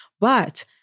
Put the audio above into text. But-